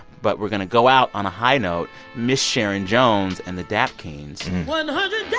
but we're going to go out on a high note miss sharon jones and the dap kings one hundred